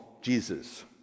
Jesus